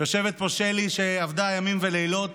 יושבת פה שלי, שעבדה ימים ולילות,